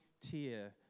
tear